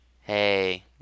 hey